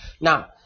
now